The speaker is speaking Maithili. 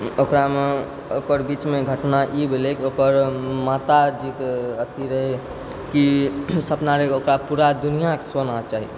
ओकरामे ओकर बीचमे घटना ई भेलै कि ओकर माताजीके अथी रहै कि सपना रहै ओकरा पूरा दुनिआके सोना चाही